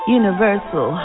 universal